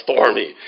stormy